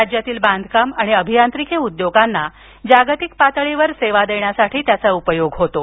राज्यातील बांधकाम अभियांत्रिकी उद्योगांना जागतिक पातळीवर सेवा देण्यासाठी त्याचा उपयोग होतो